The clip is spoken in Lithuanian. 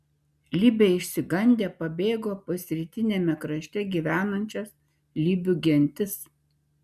libiai išsigandę pabėgo pas rytiniame krašte gyvenančias libių gentis